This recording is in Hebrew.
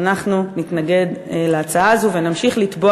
אנחנו נתנגד להצעה הזאת ונמשיך לתבוע